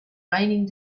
raining